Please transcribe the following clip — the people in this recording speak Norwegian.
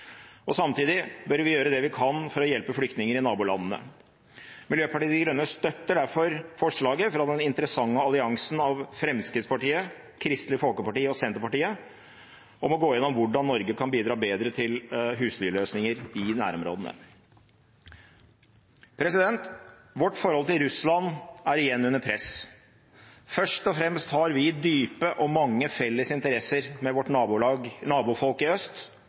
og samtidig bør vi gjøre det vi kan for å hjelpe flyktninger i nabolandene. Miljøpartiet De Grønne støtter derfor forslaget fra den interessante alliansen av Fremskrittspartiet, Kristelig Folkeparti og Senterpartiet om å gå igjennom hvordan Norge kan bidra bedre til huslyløsninger i nærområdene. Vårt forhold til Russland er igjen under press. Først og fremst har vi dype og mange felles interesser med vårt nabofolk i øst